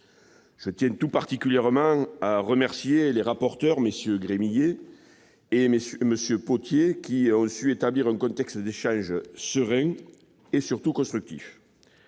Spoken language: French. Je tiens tout particulièrement à remercier les rapporteurs, MM. Gremillet et Potier, qui ont su établir un contexte d'échange serein et, surtout, constructif.